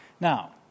Now